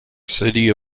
city